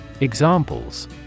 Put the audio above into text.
Examples